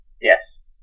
Yes